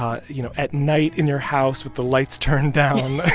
ah you know, at night in your house with the lights turned down.